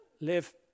Live